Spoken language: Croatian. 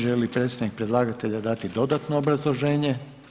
Želi li predstavnik predlagatelja dati dodatno obrazloženje?